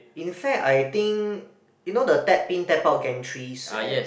in fact I think you know the tap in tap out gantries at